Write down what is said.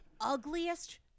ugliest